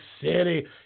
City